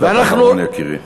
משפט אחרון, יקירי.